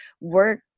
work